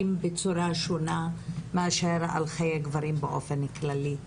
בצורה שונה מאשר על חיי הגברים באופן כללי.